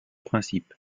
principes